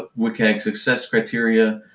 ah wcag success criteria,